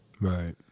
Right